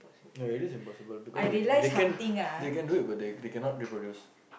ya it is impossible because they can they can do it but they cannot reproduce